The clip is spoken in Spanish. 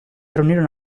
reunieron